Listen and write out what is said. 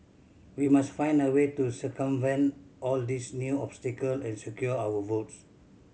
we must find a way to circumvent all these new obstacle and secure our votes